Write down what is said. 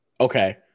Okay